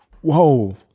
whoa